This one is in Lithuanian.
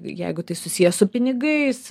jeigu tai susiję su pinigais